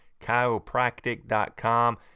chiropractic.com